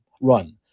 run